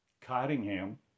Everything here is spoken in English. Cottingham